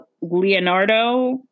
Leonardo